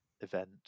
event